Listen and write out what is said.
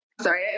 Sorry